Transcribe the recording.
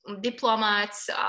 diplomats